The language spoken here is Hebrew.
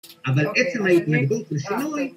אבל עצם ההתנגדות לשינוי